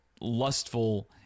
lustful